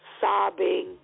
sobbing